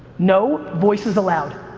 no voices allowed.